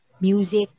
music